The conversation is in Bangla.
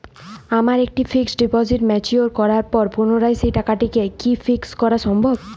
আমার একটি ফিক্সড ডিপোজিট ম্যাচিওর করার পর পুনরায় সেই টাকাটিকে কি ফিক্সড করা সম্ভব?